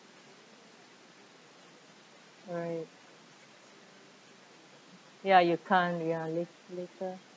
right ya you can't ya la~ later